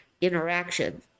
interaction